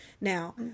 Now